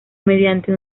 mediante